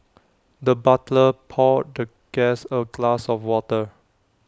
the butler poured the guest A glass of water